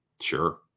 Sure